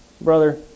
Brother